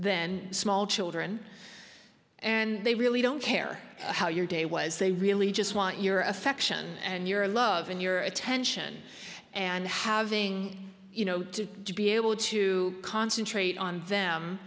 then small children and they really don't care how your day was they really just want your affection and your love in your attention and having you know to be able to concentrate on them